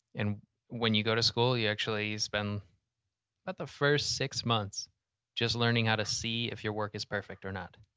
and when you go to school, you actually spend about but the first six months just learning how to see if your work is perfect or not.